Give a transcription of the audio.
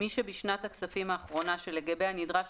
מי שבשנת הכספים האחרונה שלגביה נדרש